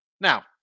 Now